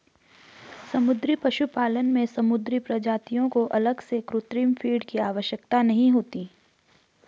समुद्री पशुपालन में समुद्री प्रजातियों को अलग से कृत्रिम फ़ीड की आवश्यकता नहीं होती